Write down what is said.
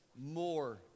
more